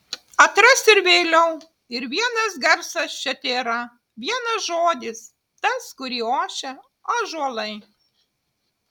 atras ir vėliau ir vienas garsas čia tėra vienas žodis tas kurį ošia ąžuolai